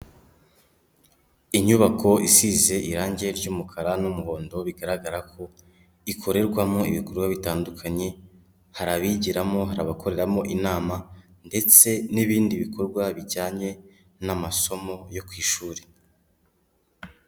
Inyubako isize irange ry'umukara n'umuhondo bigaragara ko ikorerwamo ibikorwa bitandukanye, hari abigiramo, hari abakoreramo inama ,ndetse n'ibindi bikorwa bijyanye n'amasomo yo ku ishuri.